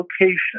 location